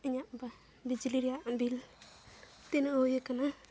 ᱤᱧᱟᱹᱜ ᱵᱤᱡᱽᱞᱤ ᱨᱮᱭᱟᱜ ᱵᱤᱞ ᱛᱤᱱᱟᱹᱜ ᱦᱩᱭ ᱟᱠᱟᱱᱟ